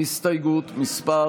הסתייגות מס'